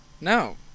No